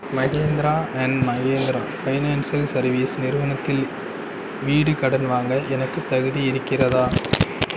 Mahindra and Mahindra financial service நிறுவனத்தில் வீடு கடன் வாங்க எனக்குத் தகுதி இருக்கிறதா